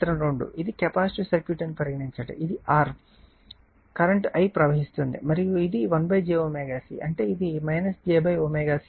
ఇది capacitive circuit అని పరిగణించండి ఇది R కరెంట్ I ప్రవహిస్తోంది మరియు ఇది 1 j ω C అంటే ఇది j ωC అవుతుంది